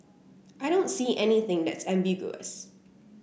I don't see anything that's ambiguous